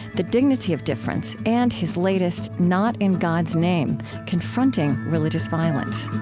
the dignity of difference, and his latest, not in god's name confronting religious violence